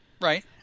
right